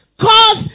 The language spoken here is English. cause